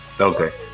Okay